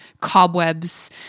cobwebs